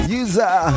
user